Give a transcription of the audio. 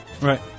Right